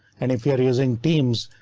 and if you're using teams,